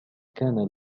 كان